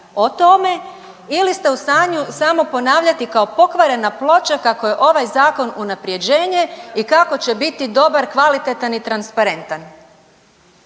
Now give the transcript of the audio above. o tome ili ste u stanju samo ponavljati kao pokvarena ploča kako je ovaj zakon unaprjeđenje i kako će biti dobar, kvalitetan i transparentan.